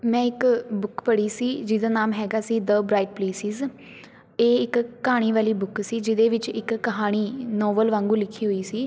ਮੈਂ ਇੱਕ ਬੁੱਕ ਪੜ੍ਹੀ ਸੀ ਜਿਹਦਾ ਨਾਮ ਹੈਗਾ ਸੀ ਦਾ ਬਰਾਈਟ ਪਲੇਸਿਸ ਇਹ ਇੱਕ ਕਹਾਣੀ ਵਾਲੀ ਬੁੱਕ ਸੀ ਜਿਹਦੇ ਵਿੱਚ ਇੱਕ ਕਹਾਣੀ ਨੋਵਲ ਵਾਂਗੂ ਲਿਖੀ ਹੋਈ ਸੀ